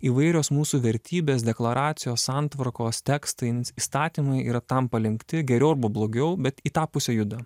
įvairios mūsų vertybės deklaracijos santvarkos tekstai įstatymai yra tam palenkti geriau arba blogiau bet į tą pusę juda